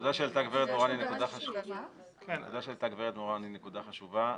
הנקודה שהעלתה גברת מורן היא נקודה חשובה.